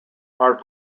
are